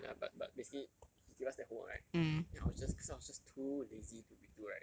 ya but but basically he give us that homework right then I was just cause I was just too lazy to redo right